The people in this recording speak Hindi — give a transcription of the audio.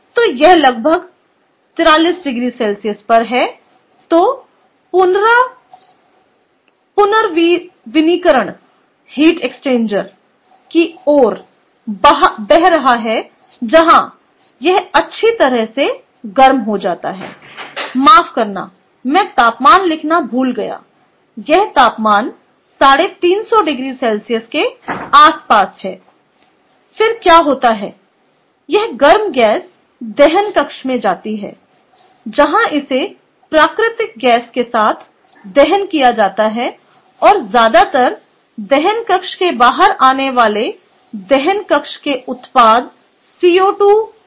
तो यह लगभग 43oC पर है जो पुनर्नवीनीकरण हीट एक्सचेंजर की ओर बह रहा है जहां यह अच्छी तरह से गर्म हो जाता है माफ करना मैं तापमान लिखना भूल गया यह तापमान 350oC के आसपास है फिर क्या होता है यह गर्म गैस दहन कक्ष मैं जाती है जहां इसे प्राकृतिक गैस के साथ दहन किया जाता है और ज्यादातर दहन कक्ष के बाहर आने वाले दहन कक्ष के उत्पाद CO2 और पानी होगा